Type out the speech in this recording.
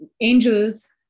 angels